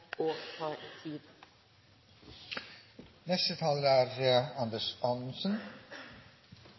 og tar tid.